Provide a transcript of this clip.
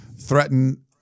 threaten